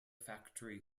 factory